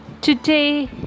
today